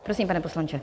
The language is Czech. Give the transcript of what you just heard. Prosím, pane poslanče.